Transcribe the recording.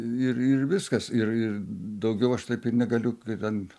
ir ir viskas ir ir daugiau aš taip ir negaliu kaip ten